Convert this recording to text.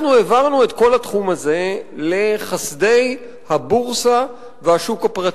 אנחנו העברנו את כל התחום הזה לחסדי הבורסה והשוק הפרטי.